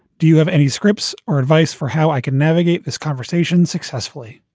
do you have any scripts or advice for how i can navigate this conversation successfully?